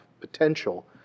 potential